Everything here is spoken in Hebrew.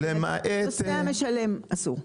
נוסע משלם אסור.